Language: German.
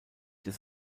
des